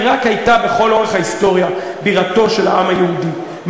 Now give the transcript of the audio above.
לכל אורך ההיסטוריה היא הייתה רק בירתו של העם היהודי,